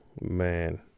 man